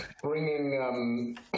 Bringing